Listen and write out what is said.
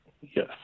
Yes